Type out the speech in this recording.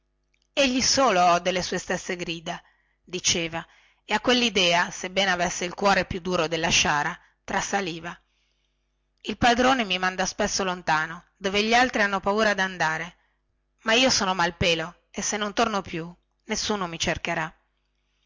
egli solo ode le sue stesse grida diceva e a quellidea sebbene avesse il cuore più duro della sciara trasaliva il padrone mi manda spesso lontano dove gli altri hanno paura dandare ma io sono malpelo e se io non torno più nessuno mi cercherà